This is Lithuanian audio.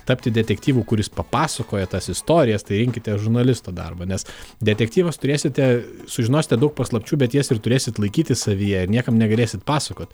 tapti detektyvu kuris papasakoja tas istorijas tai rinkitės žurnalisto darbą nes detektyvas turėsite sužinosite daug paslapčių bet jas ir turėsit laikyti savyje ir niekam negalėsit pasakot